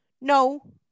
no